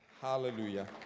Hallelujah